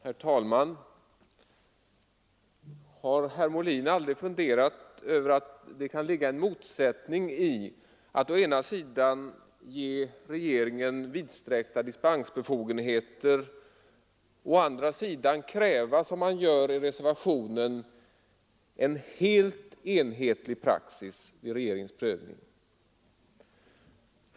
Herr talman! Har herr Molin aldrig funderat över att det kan ligga en motsättning i att å ena sidan ge regeringen vidsträckta dispensbefogenheter och å andra sidan kräva, som man gör i reservationen, en helt enhetlig praxis vid regeringens prövning?